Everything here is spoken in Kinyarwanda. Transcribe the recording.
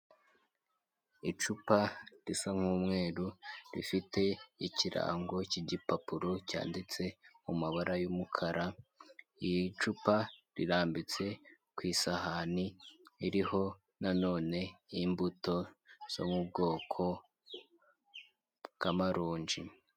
Icupa risa nku'umweru rifite ikirango cyigipapuro cyanditse mumabara yumukara y'icupa rirambitse ku isahani iriho nanone imbuto zo mu bwoko bwa maronji.